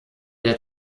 der